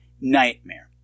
nightmare